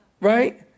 Right